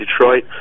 Detroit